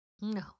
No